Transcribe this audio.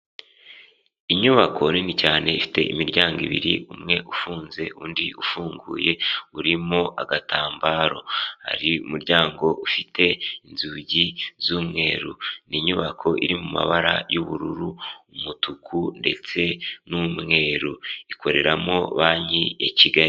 Inyubako nini cyane ifite imiryango ibiri, umwe ufunze undi ufunguye, urimo agatambaro hari mu umuryango ufite inzugi z'umweru, ni inyubako iri mu mabara y'ubururu, umutuku, ndetse n'umweru ikoreramo banki ya Kigali.